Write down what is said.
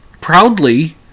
proudly